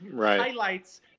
highlights